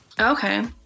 Okay